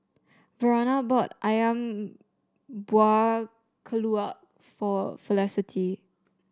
Verona bought ayam Buah Keluak for Felicity